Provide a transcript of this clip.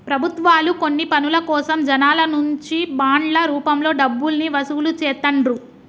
ప్రభుత్వాలు కొన్ని పనుల కోసం జనాల నుంచి బాండ్ల రూపంలో డబ్బుల్ని వసూలు చేత్తండ్రు